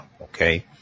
okay